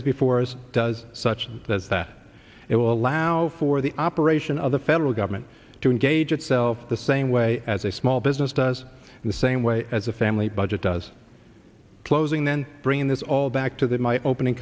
is before us does such as it will allow for the operation of the federal government to engage itself the same way as a small business does the same way as the family budget does closing then bringing this all back to that my opening